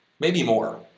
maybe more,